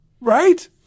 Right